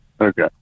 okay